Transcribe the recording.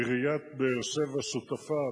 עיריית באר-שבע שותפה,